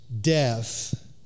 death